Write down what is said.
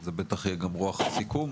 זה בטח יהיה גם רוח הסיכום.